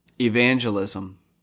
evangelism